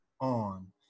on